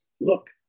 look